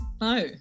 no